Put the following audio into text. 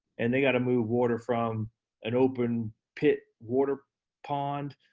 and they gotta move water from an open pit water pond,